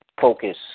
Focus